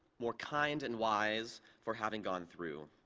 more kind and wise, for having gone through.